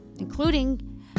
including